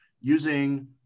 using